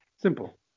Simple